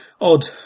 odd